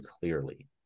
clearly